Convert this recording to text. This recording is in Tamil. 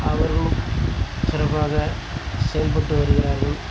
அவர்களும் சிறப்பாகச் செயல்பட்டு வருகிறார்கள்